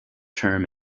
term